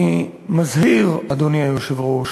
אני מזהיר, אדוני היושב-ראש,